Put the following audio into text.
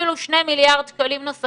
אפילו שני מיליארד שקלים נוספים,